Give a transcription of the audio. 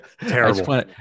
Terrible